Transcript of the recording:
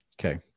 okay